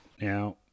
Now